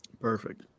Perfect